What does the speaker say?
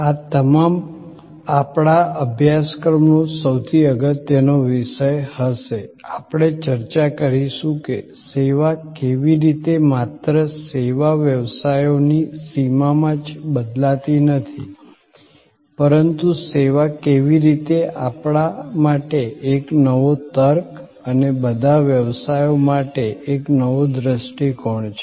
આ તમામ આપણા અભ્યાસક્રમનો સૌથી અગત્યનો વિષય હશે આપણે ચર્ચા કરીશું કે સેવા કેવી રીતે માત્ર સેવા વ્યવસાયોની સીમામાં જ બદલાતી નથી પરંતુ સેવા કેવી રીતે આપણા માટે એક નવો તર્ક અને બધા વ્યવસાયો માટે એક નવો દ્રષ્ટિકોણ છે